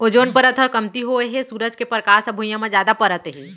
ozone परत ह कमती होए हे सूरज के परकास ह भुइयाँ म जादा परत हे